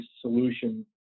solution